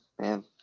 Man